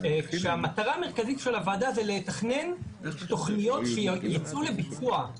כשהמטרה המרכזית של הוועדה זה לתכנן תוכניות שייצאו לביצוע,